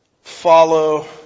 follow